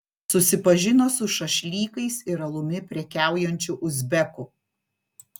susipažino su šašlykais ir alumi prekiaujančiu uzbeku